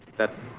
that's,